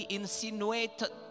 insinuated